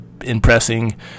impressing